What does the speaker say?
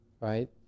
right